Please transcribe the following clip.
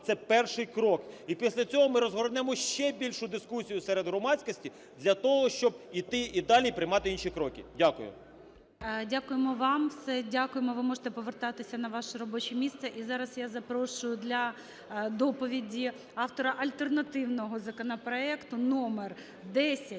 це перший крок, і після цього ми розгорнемо ще більше дискусію серед громадськості для того, щоб йти і далі приймати інші кроки. Дякую. ГОЛОВУЮЧИЙ. Дякуємо вам. Все, дякуємо, ви можете повертатися на ваше робоче місце. І зараз я запрошую для доповіді автора альтернативного законопроекту №